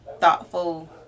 thoughtful